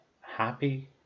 happy